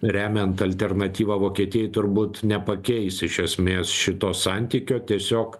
remiant alternatyvą vokietijoj turbūt nepakeis iš esmės šito santykio tiesiog